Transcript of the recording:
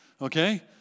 Okay